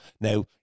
Now